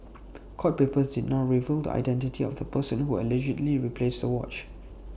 court papers did not reveal the identity of the person who allegedly replaced the watch